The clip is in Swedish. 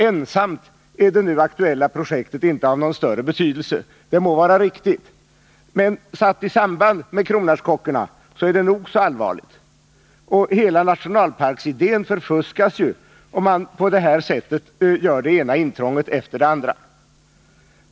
Ensamt är det nu aktuella projektet inte av någon större betydelse, det må vara riktigt, men satt i samband med kronärtskockorna är det nog så allvarligt. Hela nationalparksidén förfuskas ju om man på det här sättet gör det ena intrånget efter det andra.